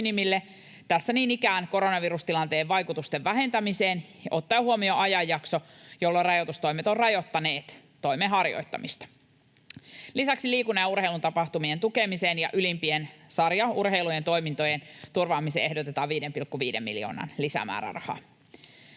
niin ikään koronavirustilanteen vaikutusten vähentämiseen ottaen huomioon ajanjakso, jolloin rajoitustoimet ovat rajoittaneet toimen harjoittamista. Lisäksi liikunnan ja urheilun tapahtumien tukemiseen ja ylimpien urheilusarjojen toimintojen turvaamiseen ehdotetaan 5,5 miljoonan lisämäärärahaa.